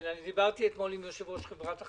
כן, דיברתי אתמול עם יושב ראש חברת החשמל.